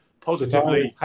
positively